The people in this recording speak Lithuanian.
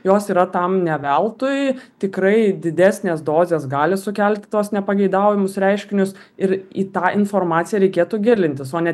jos yra tam ne veltui tikrai didesnės dozės gali sukelti tuos nepageidaujamus reiškinius ir į tą informaciją reikėtų gilintis o ne